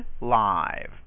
live